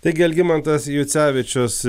taigi algimantas jucevičius